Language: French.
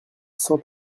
cent